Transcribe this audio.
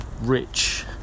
rich